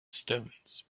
stones